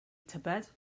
tybed